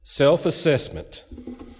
Self-assessment